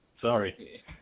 Sorry